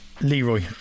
Leroy